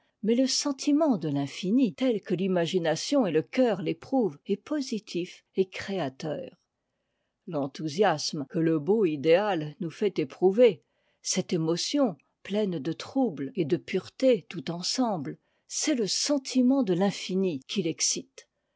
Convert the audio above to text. mais le sentiment de l'infini tel que l'imagination et le cœur l'éprouvent est positif et créateur l'enthousiasme que le beau idéal nous fait éprouver cette émotion pleine de trouble et de pureté tout ensemble c'est le sentiment de l'infini qui l'excite